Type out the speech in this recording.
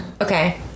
okay